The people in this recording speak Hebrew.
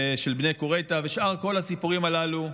של בני קוריט'ה, ושאר כל הסיפורים הללו.